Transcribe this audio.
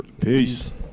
Peace